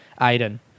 Aiden